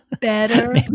Better